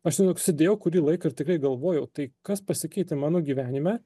aš tiesiog sėdėjau kurį laiką ir tikrai galvojau tai kas pasikeitė mano gyvenime